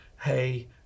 hey